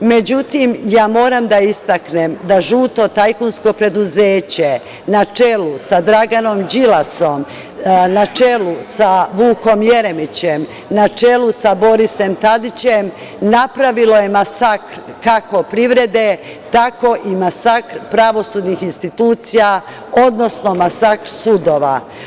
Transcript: Međutim, moram da istaknem da žuto tajkunsko preduzeće na čelu sa Draganom Đilasom, na čelu sa Vukom Jeremićem, na čelu sa Borisom Tadićem, napravilo je masakr kako privrede, tako i masakr pravosudnih institucija, odnosno masakr sudova.